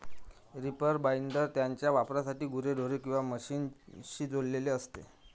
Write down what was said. reaper binder त्याच्या वापरासाठी गुरेढोरे किंवा मशीनशी जोडलेले असते